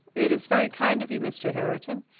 it is very kind of you, mr. herriton.